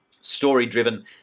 story-driven